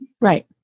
Right